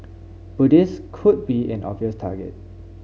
Buddhists could be an obvious target